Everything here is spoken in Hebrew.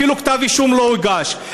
אפילו כתב אישום לא הוגש.